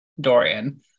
Dorian